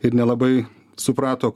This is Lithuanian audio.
ir nelabai suprato